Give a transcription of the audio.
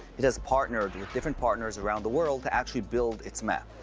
it has partnered with different partners around the world to actually build its map.